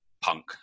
punk